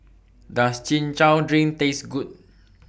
Does Chin Chow Drink Taste Good